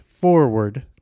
forward